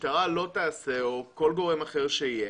כשהמשטרה או כל גורם אחר לא יעשו,